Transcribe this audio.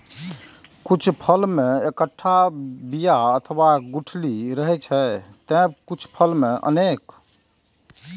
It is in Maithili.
कुछ फल मे एक्केटा बिया अथवा गुठली रहै छै, ते कुछ फल मे अनेक